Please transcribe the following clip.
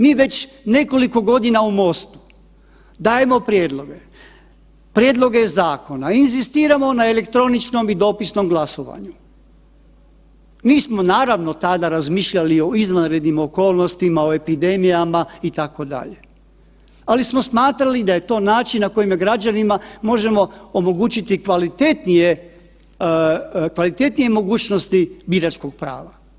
Mi već nekoliko godina u MOST-u dajemo prijedloge, prijedloge zakona, inzistiramo na elektroničnom i dopisnom glasovanju, nismo naravno tada razmišljali o izvanrednim okolnostima, o epidemijama itd., ali smo smatrali da je to način na koji građanima možemo omogućiti kvalitetnije, kvalitetnije mogućnosti biračkog prava.